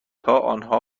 آنها